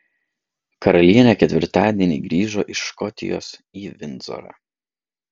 karalienė ketvirtadienį grįžo iš škotijos į vindzorą